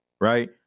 right